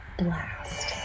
blast